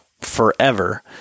forever